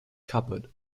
cupboard